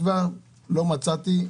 לא מצאתי.